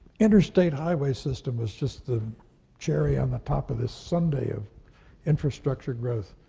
interstate highway system was just the cherry on the top of this sundae of infrastructure growth.